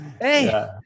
hey